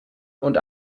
und